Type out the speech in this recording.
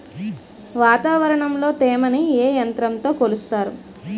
వాతావరణంలో తేమని ఏ యంత్రంతో కొలుస్తారు?